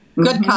Good